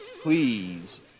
please